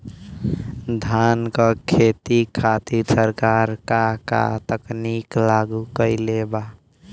धान क खेती खातिर सरकार का का तकनीक लागू कईले बा?